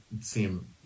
seem